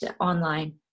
online